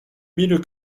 mille